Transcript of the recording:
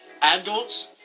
adults